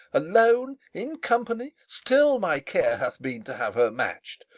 alone, in company, still my care hath been to have her match'd,